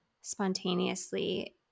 spontaneously